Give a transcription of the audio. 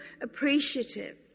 appreciative